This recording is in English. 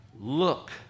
Look